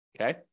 okay